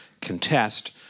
contest